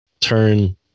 turn